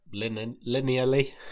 Linearly